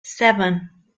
seven